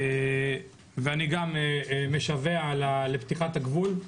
ואני גם משווע לפתיחת הגבול.